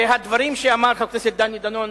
והדברים שאמר חבר הכנסת דני דנון,